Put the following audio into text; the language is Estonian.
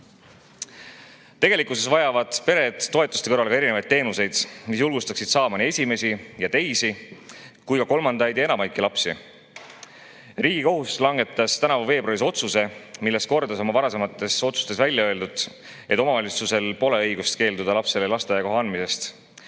tagasi. Tegelikkuses vajavad pered toetuste kõrval ka erinevaid teenuseid, mis julgustaksid saama nii esimesi, teisi kui ka kolmandaid ja enamaidki lapsi. Riigikohus langetas tänavu veebruaris otsuse, milles kordas oma varasemates otsustes väljaöeldut, et omavalitsusel pole õigust keelduda lapsele lasteaiakoha andmisest.